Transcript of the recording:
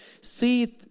see